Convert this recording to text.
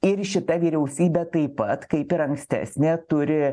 ir šita vyriausybė taip pat kaip ir ankstesnė turi